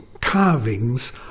carvings